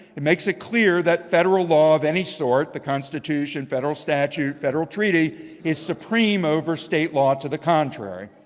it makes it clear that federal law of any sort, the constitution, federal statute, federal treaty is supreme over state law to the contrary.